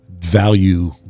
value